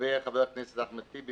לגבי חבר הכנסת אחמד טיבי,